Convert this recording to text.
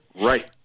right